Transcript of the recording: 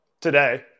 today